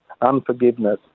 unforgiveness